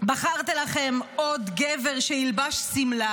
בחרתם לכם עוד גבר שילבש שמלה,